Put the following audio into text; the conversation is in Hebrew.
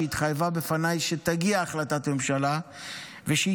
שהיא התחייבה בפניי שתגיע החלטת ממשלה ושהיא